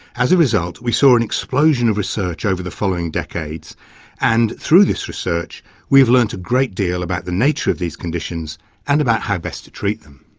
as a result we saw an explosion of research over the following decades and through this research we have learned a great deal about the nature of these conditions and about how best to treat them.